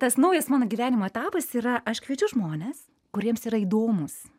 tas naujas mano gyvenimo etapas yra aš kviečiu žmones kuriems yra įdomūs